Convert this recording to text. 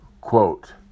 Quote